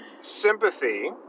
sympathy